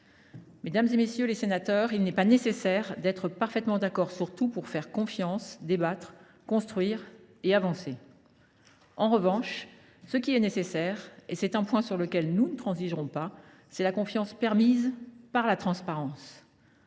Mesdames, messieurs les sénateurs, il n’est pas nécessaire d’être d’accord sur tout pour faire confiance, débattre, construire et avancer. En revanche, ce qui est indispensable – c’est un point sur lequel nous ne transigerons pas –, c’est la confiance permise par la transparence.